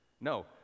No